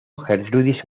gertrudis